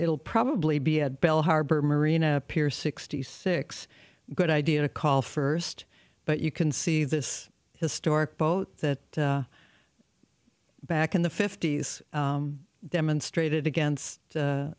it'll probably be at belle harbor marina appear sixty six good idea to call first but you can see this historic boat that back in the fifty's demonstrated against